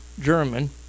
German